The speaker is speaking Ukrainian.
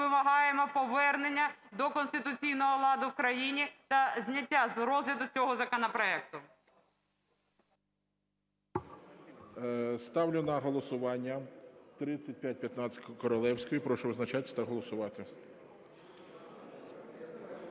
вимагаємо повернення до конституційного ладу в країні та зняття з розгляду цього законопроекту. ГОЛОВУЮЧИЙ. Ставлю на голосування 3515 Королевської. Прошу визначатись та голосувати.